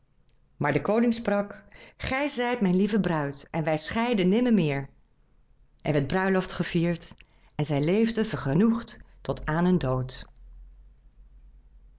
maar de koning sprak gij zijt mijn lieve bruid en wij scheiden nimmermeer er werd bruiloft gevierd en zij leefden vergenoegd tot aan hun dood